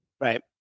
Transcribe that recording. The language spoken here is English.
Right